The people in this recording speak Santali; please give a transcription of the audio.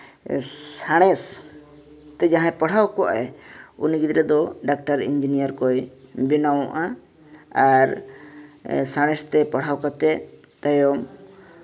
ᱥᱟᱬᱮᱥ ᱛᱮ ᱡᱟᱦᱟᱸᱭ ᱯᱟᱲᱦᱟᱣ ᱠᱚᱜᱼᱟᱭ ᱩᱱᱤ ᱜᱤᱫᱽᱨᱟᱹ ᱫᱚ ᱰᱟᱠᱛᱟᱨ ᱤᱧᱡᱤᱱᱤᱭᱟᱨ ᱠᱚᱭ ᱵᱮᱱᱟᱣᱚᱜᱼᱟ ᱟᱨ ᱥᱟᱬᱮᱥ ᱛᱮ ᱯᱟᱲᱦᱟᱣ ᱠᱟᱛᱮᱫ ᱛᱟᱭᱚᱢ